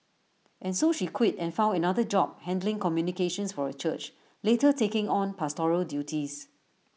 and so she quit and found another job handling communications for A church later taking on pastoral duties